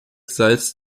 salz